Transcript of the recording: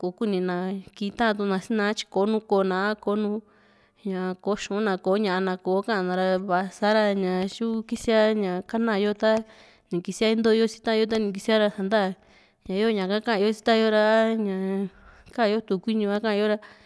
kokuni na kitaatu na siina tyi kò´o nu kona a kò´o ña kò´o xu´un na kò´o ña´na kò´o ka´na ra va´a sa´ra ña ñatyu kisia ña kana yo ta ni kisia ntooyo si taayo tani kisia ra ntaa ñaa yoo ña´ka ka´an yo si ta´an yo ra a kaán yo Tu'un kuiñu ha kayo ra